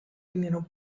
vinieron